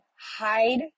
hide